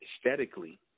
aesthetically